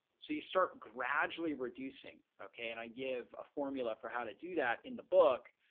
so you start gradually reducing, okay, and i give a formula for how to do that in the book.